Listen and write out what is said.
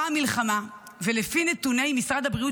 באה המלחמה ולפי נתוני משרד הבריאות,